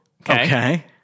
Okay